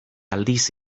aldiz